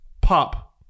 Pop